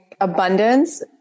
abundance